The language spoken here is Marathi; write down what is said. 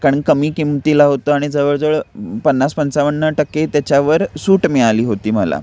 कारण कमी किमतीला होतं आणि जवळजवळ पन्नास पंचावन्न टक्के त्याच्यावर सूट मिळाली होती मला